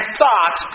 thought